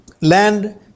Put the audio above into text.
land